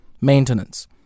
maintenance